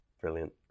brilliant